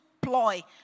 ploy